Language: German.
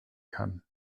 kann